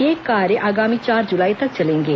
ये कार्य आगामी चार जुलाई तक चलेंगे